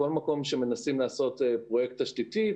לעשות פרויקט תשתיתי,